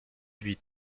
huit